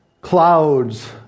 Clouds